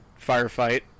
Firefight